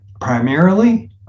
primarily